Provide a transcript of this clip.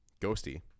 ghosty